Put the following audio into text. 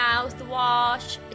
mouthwash